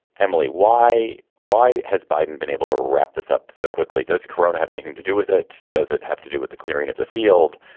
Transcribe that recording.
emily, why why has biden been able to wrap this up so quickly? does corona have anything to do with it? does it have to do with the clearing of the field?